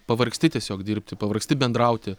pavargsti tiesiog dirbti pavargsti bendrauti